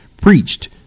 preached